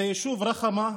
זה יישוב רח'מה,